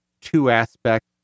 two-aspect